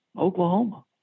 Oklahoma